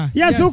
yes